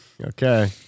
Okay